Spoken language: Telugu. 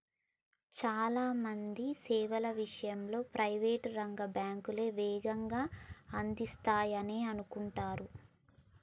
చాలా మంది సేవల విషయంలో ప్రైవేట్ రంగ బ్యాంకులే వేగంగా అందిస్తాయనే అనుకుంటరు